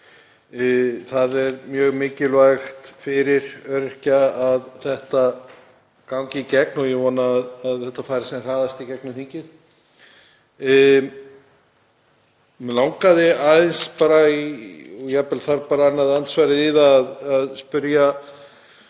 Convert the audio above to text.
Það er mjög mikilvægt fyrir öryrkja að þetta gangi í gegn og ég vona að þetta fari sem hraðast í gegnum þingið. Mig langaði aðeins, og jafnvel þarf ég annað andsvar í það, að spyrja